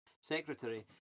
Secretary